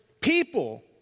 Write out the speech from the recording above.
people